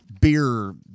beer